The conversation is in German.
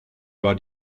war